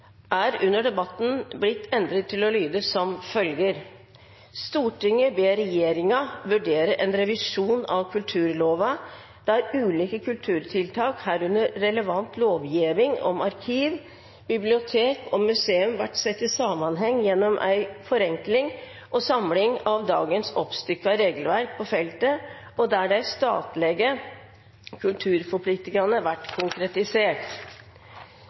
er under debatten blitt endret og lyder da i endret form: «Stortinget ber regjeringa vurdere en revisjon av kulturlova, der ulike kulturtiltak, herunder relevant lovgjeving om arkiv, bibliotek og museum, vert sett i samanheng gjennom ei forenkling og samling av dagens oppstykka regelverk på feltet og der dei statlege kulturforpliktingane vert konkretisert.»